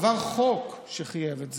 עבר חוק שחייב את זה,